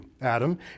Adam